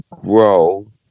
grow